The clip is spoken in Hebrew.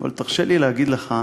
אבל תרשה לי להגיד לך,